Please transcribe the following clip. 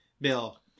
Bill